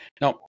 Now